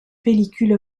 pellicule